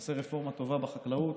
נעשה רפורמה טובה בחקלאות,